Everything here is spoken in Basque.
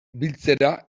biltzera